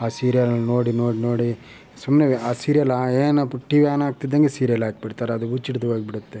ಆ ಸೀರಿಯಲ್ ನೋಡಿ ನೋಡಿ ನೋಡಿ ಸುಮ್ಮನೆ ಆ ಸೀರಿಯಲ್ ಆ ಏನಪ್ಪ ಟಿವಿ ಆನ್ ಆಗ್ತಿದ್ದಂಗೆ ಸೀರಿಯಲ್ ಹಾಕ್ಬಿಡ್ತಾರೆ ಅದು ಹುಚ್ಚು ಹಿಡ್ದೊಗ್ಬಿಡುತ್ತೆ